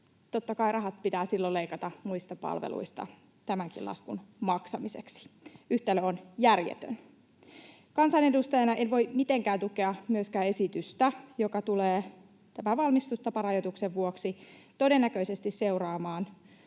totta kai rahat pitää silloin leikata muista palveluista tämänkin laskun maksamiseksi. Yhtälö on järjetön. Kansanedustajana en voi mitenkään tukea myöskään esitystä, jota tulee tämän valmistustaparajoituksen vuoksi todennäköisesti seuraamaan